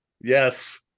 Yes